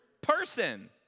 person